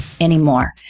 anymore